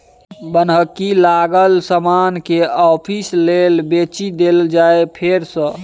बन्हकी लागल समान केँ आपिस लए बेचि देल जाइ फेर सँ